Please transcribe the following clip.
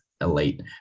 elite